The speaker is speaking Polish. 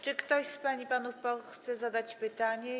Czy ktoś z pań i panów posłów chce zadać pytanie?